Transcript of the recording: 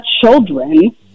children